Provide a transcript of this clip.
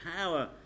power